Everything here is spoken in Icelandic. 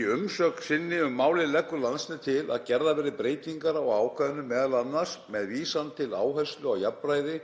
Í umsögn sinni um málið leggur Landsnet til að gerðar verði breytingar á ákvæðinu, m.a. með vísan til áherslu á jafnræði